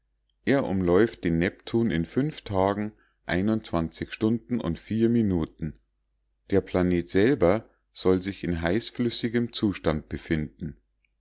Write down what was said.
er umläuft den neptun in tagen stunden und minuten der planet selber soll sich in heißflüssigem zustande befinden